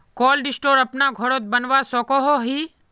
Cold store अपना घोरोत बनवा सकोहो ही?